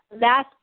last